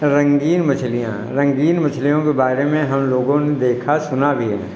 रंगीन मछलियाँ रंगीन मछलियों के बारे में हम लोगों ने देखा सुना भी हैं